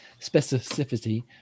specificity